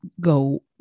go